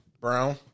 Brown